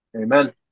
Amen